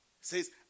says